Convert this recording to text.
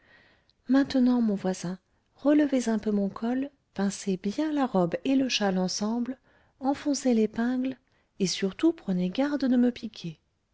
maintenant mon voisin relevez un peu mon col pincez bien la robe et le châle ensemble enfoncez l'épingle et surtout prenez garde de me piquer